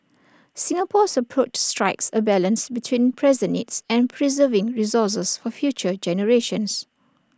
Singapore's approach strikes A balance between present needs and preserving resources for future generations